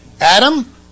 Adam